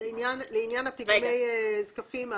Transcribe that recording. לעניין פיגומי זקפים,